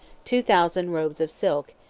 two thousand robes of silk,